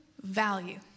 value